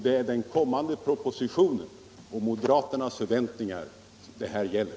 Det är den kommande propositionen och moderaternas förväntningar det här gäller.